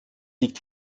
liegt